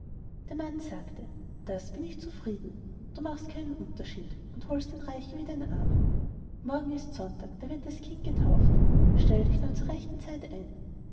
der mann sagte das bin ich zufrieden du machst keinen unterschied und holst den reichen wie den armen morgen ist sonntag da wird das kind getauft stell dich nur zu rechter zeit ein